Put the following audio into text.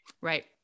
Right